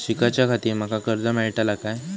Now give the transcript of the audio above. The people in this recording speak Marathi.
शिकाच्याखाती माका कर्ज मेलतळा काय?